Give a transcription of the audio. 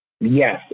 Yes